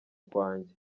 kwanjye